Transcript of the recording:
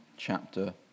chapter